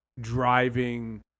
driving